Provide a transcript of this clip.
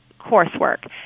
coursework